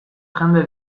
jende